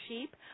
sheep